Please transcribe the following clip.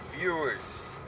viewers